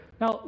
Now